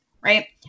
right